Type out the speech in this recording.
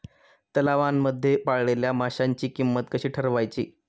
तलावांमध्ये पाळलेल्या माशांची किंमत कशी ठरवायची?